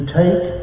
take